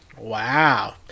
Wow